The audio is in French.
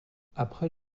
après